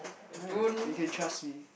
right you can trust me